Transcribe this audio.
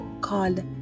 called